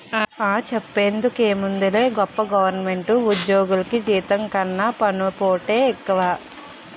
ఆ, సెప్పేందుకేముందిలే గొప్ప గవరమెంటు ఉజ్జోగులికి జీతం కన్నా పన్నుపోటే ఎక్కువ